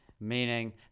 meaning